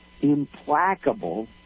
implacable